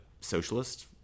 socialist